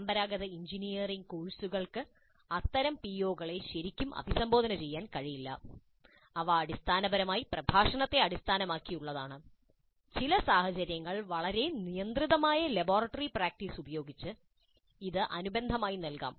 പരമ്പരാഗത എഞ്ചിനീയറിംഗ് കോഴ്സുകൾക്ക് അത്തരം പിഒകളെ ശരിക്കും അഭിസംബോധന ചെയ്യാൻ കഴിയില്ല അവ അടിസ്ഥാനപരമായി പ്രഭാഷണത്തെ അടിസ്ഥാനമാക്കിയുള്ളതാണ് ചില സാഹചര്യങ്ങളിൽ വളരെ നിയന്ത്രിതമായ ലബോറട്ടറി പ്രാക്ടീസ് ഉപയോഗിച്ച് ഇത് അനുബന്ധമായി നൽകാം